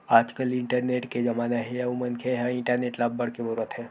आजकाल इंटरनेट के जमाना हे अउ मनखे ह इंटरनेट ल अब्बड़ के बउरत हे